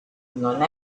non